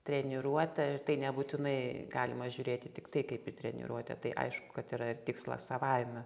treniruotė ir tai nebūtinai galima žiūrėti tiktai kaip į treniruotę tai aišku kad yra ir tikslas savaime